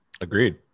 Agreed